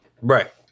Right